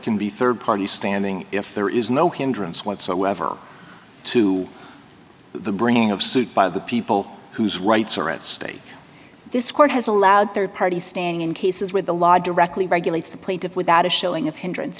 can be rd party standing if there is no hindrance whatsoever to the bringing of suit by the people whose rights are at stake this court has allowed rd party standing in cases where the law directly regulates the plaintiff without a showing of hindrance